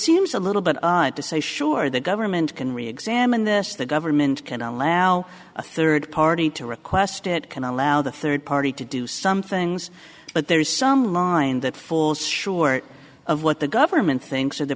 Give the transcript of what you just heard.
seems a little bit odd to say sure the government can reexamined this the government can allow a third party to request it cannot allow the third party to do some things but there is some line that for sure of what the government thinks